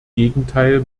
gegenteil